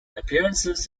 appearances